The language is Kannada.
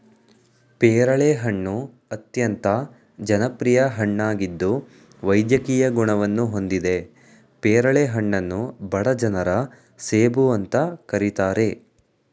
ಪೇರಳೆ ಹಣ್ಣು ಅತ್ಯಂತ ಜನಪ್ರಿಯ ಹಣ್ಣಾಗಿದ್ದು ವೈದ್ಯಕೀಯ ಗುಣವನ್ನು ಹೊಂದಿದೆ ಪೇರಳೆ ಹಣ್ಣನ್ನು ಬಡ ಜನರ ಸೇಬು ಅಂತ ಕರೀತಾರೆ